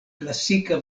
klasika